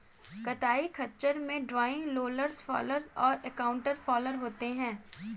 कताई खच्चर में ड्रॉइंग, रोलर्स फॉलर और काउंटर फॉलर होते हैं